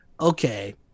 okay